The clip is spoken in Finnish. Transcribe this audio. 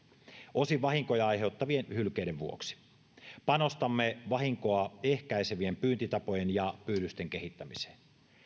osin vahinkoja aiheuttavien hylkeiden vuoksi panostamme vahinkoa ehkäisevien pyyntitapojen ja pyydysten kehittämiseen